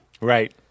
Right